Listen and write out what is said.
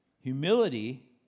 humility